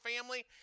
family